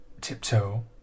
tiptoe